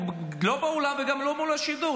לא באולם וגם לא מול השידור.